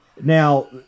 Now